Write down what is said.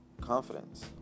confidence